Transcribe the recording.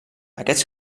aquests